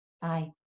Bye